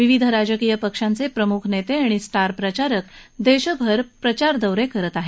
विविध राजकीय पक्षांचे प्रमुख नेते आणि स्टार प्रचारक देशभर प्रचार दौरे करत आहेत